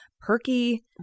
perky